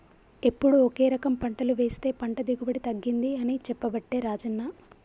ఎప్పుడు ఒకే రకం పంటలు వేస్తె పంట దిగుబడి తగ్గింది అని చెప్పబట్టే రాజన్న